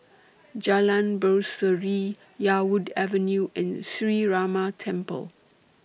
Jalan Berseri Yarwood Avenue and Sree Ramar Temple